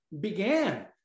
began